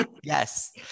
yes